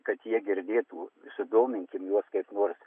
kad jie girdėtų sudominkim juos kaip nors